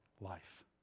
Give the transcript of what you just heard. life